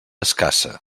escassa